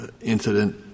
incident